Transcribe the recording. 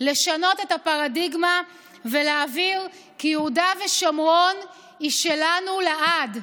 לשנות את הפרדיגמה ולהבהיר כי יהודה ושומרון הם שלנו לעד.